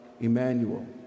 Emmanuel